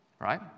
Right